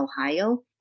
Ohio